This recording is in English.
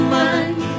mind